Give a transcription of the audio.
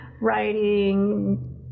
writing